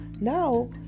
now